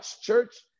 church